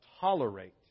tolerate